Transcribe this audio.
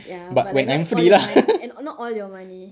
ya but like not all your mon~ and not all your money